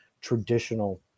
traditional